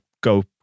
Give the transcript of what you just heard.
go